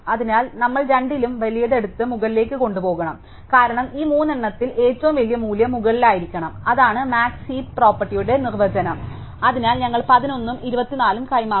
അതിനാൽ നമ്മൾ രണ്ടിലും വലിയത് എടുത്ത് മുകളിലേക്ക് കൊണ്ടുപോകണം കാരണം ഈ മൂന്നെണ്ണത്തിൽ ഏറ്റവും വലിയ മൂല്യം മുകളിലായിരിക്കണം അതാണ് മാക്സ് ഹീപ് പ്രോപ്പർട്ടിയുടെ നിർവചനം അതിനാൽ ഞങ്ങൾ 11 ഉം 24 ഉം കൈമാറുന്നു